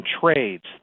trades